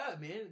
man